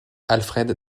alfred